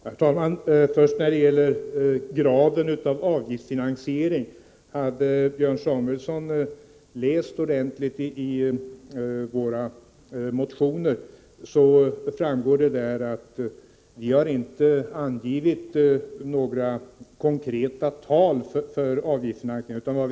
Herr talman! Först när det gäller graden av avgiftsfinansiering: Om Björn Samuelson hade läst våra motioner ordentligt, hade han funnit att där framgår att vi inte har angivit några konkreta belopp när det gäller avgiftsfinansieringen.